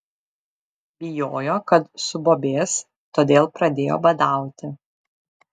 bijojo kad subobės todėl pradėjo badauti